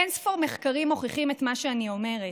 אין-ספור מחקרים מוכיחים את מה שאני אומרת.